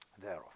thereof